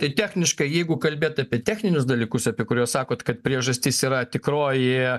tai techniškai jeigu kalbėt apie techninius dalykus apie kuriuos sakot kad priežastis yra tikroji